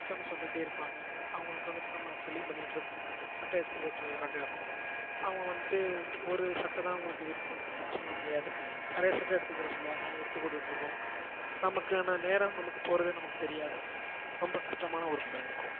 customers வந்துகிட்டே இருப்பாங்க அவங்களுக்கு வந்துட்டு நம்ம செல்லிங் பண்ணிக்கிட்டுருக்குனும் சட்டை எடுத்துப் போட்டு காட்டிர்ணும் அவங்க வந்துட்டு ஒரு சட்டைதான் அவங்களுக்கு விருப்பம் இருக்குன்னு நம்ம சொல்ல முடியாது நிறையா சட்டை எடுத்துப் போட சொல்லுவாங்க எடுத்து போட்டுட்ருக்கோம் நமக்கான நேரம் நமக்கு போறது நமக்கு தெரியாது ரொம்ப கஷ்டமான ஒர்க்கு தான் இருக்கும்